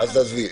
אז תעזבי.